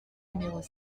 numéros